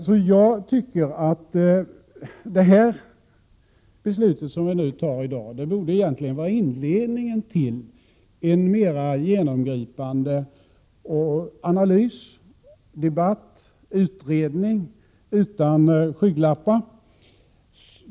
Så jag tycker att det beslut som vi fattar i dag egentligen borde vara inledningen till en mera genomgripande analys, debatt och utredning utan skygglappar.